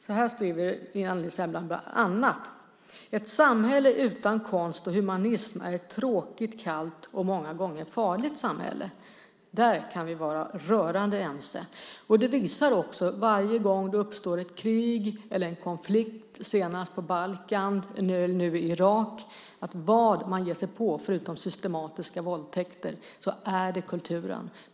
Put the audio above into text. Så här skriver Anneli Särnblad bland annat: Ett samhälle utan konst och humanism är ett tråkigt, kallt och många gånger farligt samhälle. Om det kan vi vara rörande ense. Det visar sig också varje gång det uppstår ett krig eller en konflikt, senast på Balkan och nu i Irak, att det man ger sig på förutom systematiska våldtäkter är kulturen.